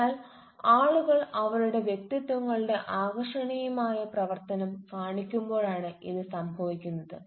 അതിനാൽ ആളുകൾ അവരുടെ വ്യക്തിത്വങ്ങളുടെ ആകർഷണീയമായ പ്രവർത്തനം കാണിക്കുമ്പോഴാണ് ഇത് സംഭവിക്കുന്നത്